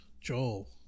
Joel